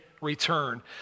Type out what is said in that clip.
return